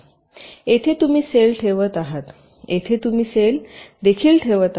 येथे तुम्ही सेल ठेवत आहात येथे तुम्ही सेल देखील ठेवत आहात